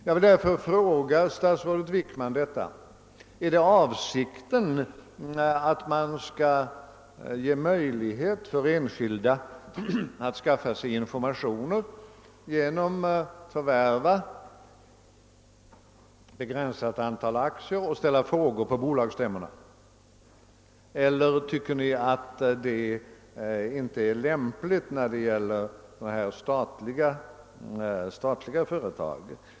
Jag vill därför fråga statsrådet Wickman: Är det avsikten att ge möjlighet åt enskilda att skaffa sig informationer genom att förvärva ett begränsat antal aktier och ställa frågor på bolagsstämmorna, eller tycker Ni att det inte är lämpligt när det gäller statliga företag?